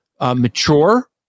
mature